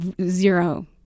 zero